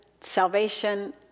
salvation